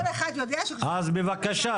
כל אחד יודע ש- -- אז בבקשה,